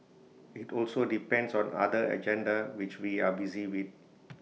IT also depends on other agenda which we are busy with